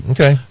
Okay